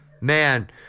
man